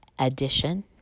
addition